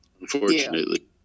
Unfortunately